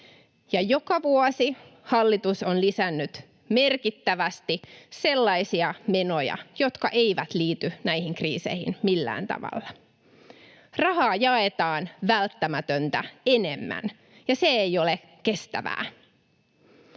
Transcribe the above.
ja joka vuosi hallitus on lisännyt merkittävästi sellaisia menoja, jotka eivät liity näihin kriiseihin millään tavalla. Rahaa jaetaan välttämätöntä enemmän, ja se ei ole kestävää.